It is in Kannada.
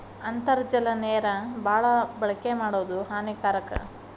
ಅಂತರ್ಜಲ ನೇರ ಬಾಳ ಬಳಕೆ ಮಾಡುದು ಹಾನಿಕಾರಕ